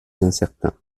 incertain